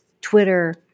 Twitter